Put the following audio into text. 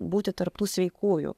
būti tarp tų sveikųjų